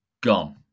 gone